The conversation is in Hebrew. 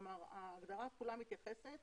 כלומר, ההגדרה כולה מתייחסת